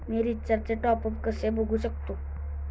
मी रिचार्जचे टॉपअप कसे बघू शकतो?